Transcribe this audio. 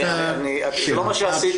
כל הבדיקה של הפאפ --- זה לא מה רציתי.